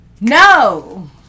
No